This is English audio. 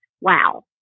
Wow